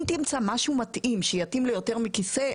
אם תמצא משהו מתאים שיתאים ליותר מכיסא,